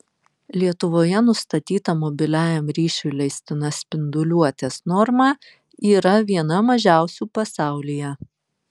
lietuvoje nustatyta mobiliajam ryšiui leistina spinduliuotės norma yra viena mažiausių pasaulyje